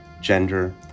gender